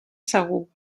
segur